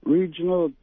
Regional